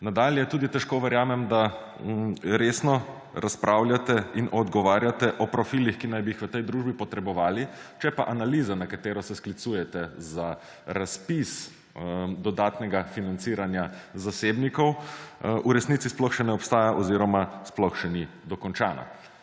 Nadalje, tudi težko verjamem, da resno razpravljate in odgovarjate o profilih, ki bi naj jih v tej družbi potrebovali, če pa analiza, na katero se sklicujete, za razpis dodatnega financiranja zasebnikov v resnici sploh še ne obstaja oziroma sploh še ni dokončana.